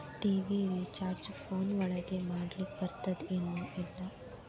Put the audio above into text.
TV recharge phone ಒಳಗ ಮಾಡ್ಲಿಕ್ ಬರ್ತಾದ ಏನ್ ಇಲ್ಲ?